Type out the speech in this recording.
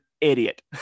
idiot